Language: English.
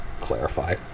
clarify